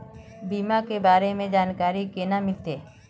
बीमा के बारे में जानकारी केना मिलते?